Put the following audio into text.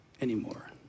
anymore